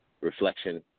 reflection